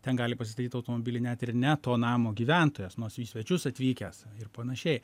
ten gali pasistatyt automobilį net ir ne to namo gyventojas į svečius atvykęs ir panašiai